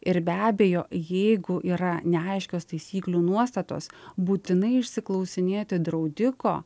ir be abejo jeigu yra neaiškios taisyklių nuostatos būtinai išsiklausinėti draudiko